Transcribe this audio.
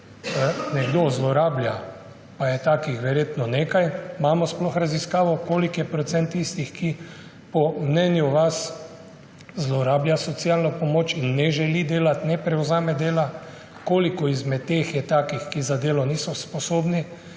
nekdo zlorablja, pa je takih verjetno nekaj – sploh imamo raziskavo, kolikšen je procent tistih, ki po mnenju vas zlorabljajo socialno pomoč in ne želijo delati, ne prevzamejo dela, koliko izmed teh je takih, ki za delo niso sposobni